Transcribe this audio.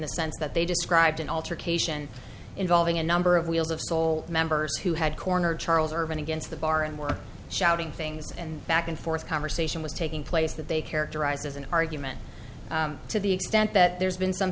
the sense that they described an altercation involving a number of wheels of soul members who had cornered charles ervin against the bar and were shouting things and back and forth conversation was taking place that they characterized as an argument to the extent that there's been some